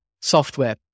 software